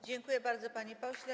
Dziękuję bardzo, panie pośle.